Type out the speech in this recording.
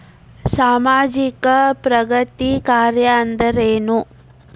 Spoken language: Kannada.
ಸಾಮಾಜಿಕ ಪ್ರಗತಿ ಕಾರ್ಯಾ ಅಂದ್ರೇನು?